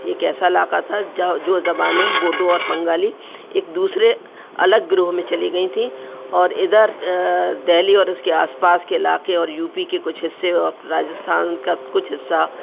ایک ایسا علاقہ تھا جہ جو زبانیں بوڈو اور بنگالی ایک دوسرے الگ گروہ میں چلی گئی تھیں اور ادھر دہلی اور اس کے آس پاس کے علاقے اور یو پی کے کچھ حصے اور راجستھان کا کچھ حصہ